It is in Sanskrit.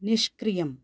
निष्क्रियम्